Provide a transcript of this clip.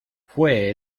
fue